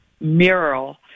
mural